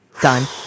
Done